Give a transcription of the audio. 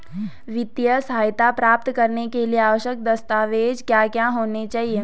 वित्तीय सहायता प्राप्त करने के लिए आवश्यक दस्तावेज क्या क्या होनी चाहिए?